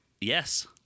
Yes